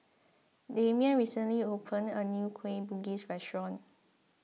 Demian recently opened a new Kueh Bugis restaurant